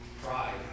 Pride